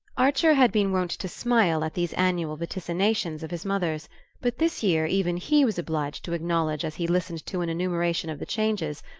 archer had been wont to smile at these annual vaticinations of his mother's but this year even he was obliged to acknowledge, as he listened to an enumeration of the changes,